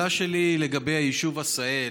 השאלה שלי היא לגבי היישוב עשהאל,